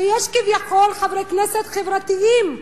ויש כביכול חברי כנסת חברתיים.